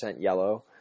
yellow